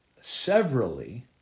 severally